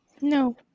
No